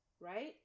Right